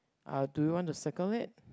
uh do you wanna circle it